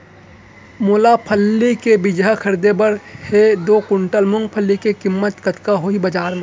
मोला फल्ली के बीजहा खरीदे बर हे दो कुंटल मूंगफली के किम्मत कतका होही बजार म?